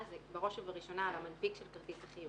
היא בראש ובראשונה על המנפיק של כרטיס החיוב.